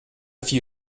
few